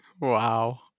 Wow